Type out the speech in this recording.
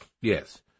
Yes